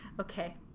Okay